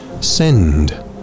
send